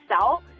sell